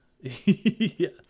yes